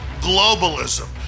globalism